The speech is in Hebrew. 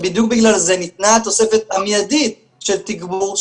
בדיוק בגלל זה ניתנה התוספת המיידית של תגבור,